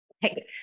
Hey